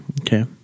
Okay